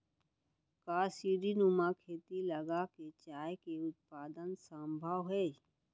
का सीढ़ीनुमा खेती लगा के चाय के उत्पादन सम्भव हे?